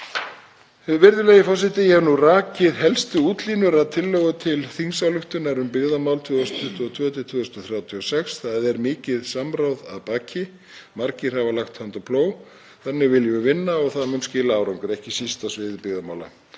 Virðulegi forseti. Ég hef nú rakið helstu útlínur að tillögu til þingsályktunar um byggðamál 2022–2036. Þar er mikið samráð að baki. Margir hafa lagt hönd á plóg. Þannig viljum við vinna og það mun skila árangri, ekki síst á sviði byggðamála.